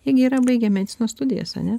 jie gi yra baigę medicinos studijas ane